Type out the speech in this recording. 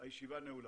הישיבה נעולה.